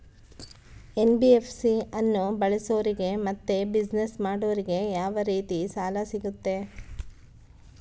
NBFC ಅನ್ನು ಬಳಸೋರಿಗೆ ಮತ್ತೆ ಬಿಸಿನೆಸ್ ಮಾಡೋರಿಗೆ ಯಾವ ರೇತಿ ಸಾಲ ಸಿಗುತ್ತೆ?